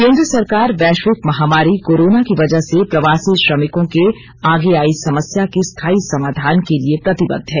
केंद्र सरकार वैश्विक महामारी कोरोना की वजह से प्रवासी श्रमिकों के आगे आयी समस्या के स्थायी समाधान के लिए प्रतिबद्ध है